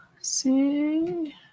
see